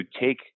take